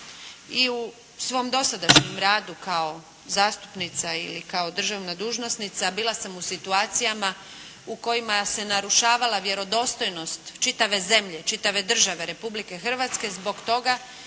I u svom dosadašnjem radu kao zastupnica i kao državna dužnosnica bila sam u situacijama u kojima se narušavala vjerodostojnost čitave zemlje, čitave države Republike Hrvatske zbog toga